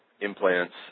implants